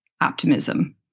optimism